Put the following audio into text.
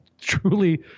truly